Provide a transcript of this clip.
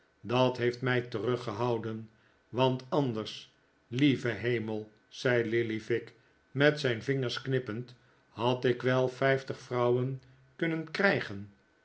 dat heeft mij teruggehouden want anders lieve hemel zei lillyvick met zijn vingers knippend had ik wel vijftig vrouwen kunnen krijgen